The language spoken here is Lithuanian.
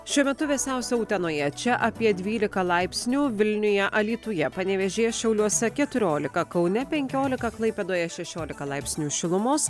šiuo metu vėsiausia utenoje čia apie dvylika laipsnių vilniuje alytuje panevėžyje šiauliuose keturiolika kaune penkiolika klaipėdoje šešiolika laipsnių šilumos